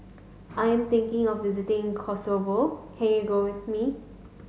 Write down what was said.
I am thinking of visiting Kosovo can you go with me